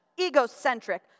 egocentric